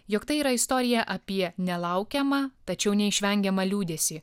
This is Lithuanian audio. jog tai yra istorija apie nelaukiamą tačiau neišvengiamą liūdesį